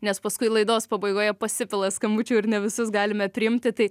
nes paskui laidos pabaigoje pasipila skambučių ir ne visus galime priimti tai